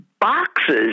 boxes